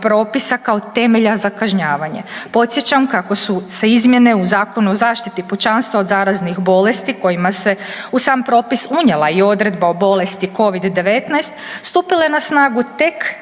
propisa kao temelja za kažnjavanje. Podsjećam kako su se izmjene u Zakonu o zaštiti pučanstva od zaraznih bolesti kojima se u sam propis unijela i odredba o bolesti Covid-19 stupile na snagu tek